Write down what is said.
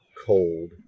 cold